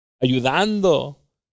Ayudando